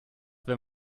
wenn